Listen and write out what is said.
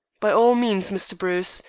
by all means, mr. bruce.